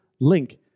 link